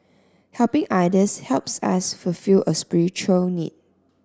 helping others helps us fulfil a spiritual need